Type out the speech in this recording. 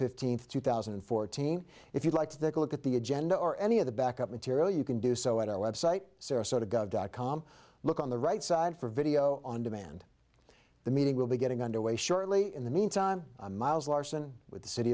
fifteenth two thousand and fourteen if you'd like to look at the agenda or any of the back up material you can do so at our website sarasota gov dot com look on the right side for video on demand the meeting will be getting underway shortly in the meantime miles larson with the city